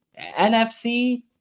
NFC